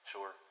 Sure